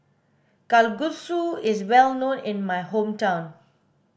kalguksu is well known in my hometown